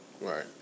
Right